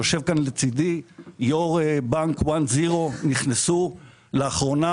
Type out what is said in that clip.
יושב כאן לצידי יו"ר בנק one zero נכנסו לאחרונה